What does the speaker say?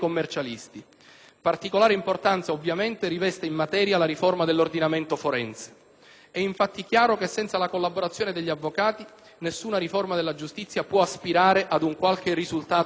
Particolare importanza, ovviamente, riveste in materia la riforma dell'ordinamento forense. È infatti chiaro che, senza la collaborazione degli avvocati, nessuna riforma della giustizia può aspirare ad un qualche risultato positivo.